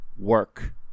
work